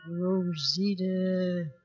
Rosita